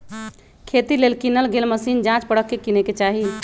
खेती लेल किनल गेल मशीन जाच परख के किने चाहि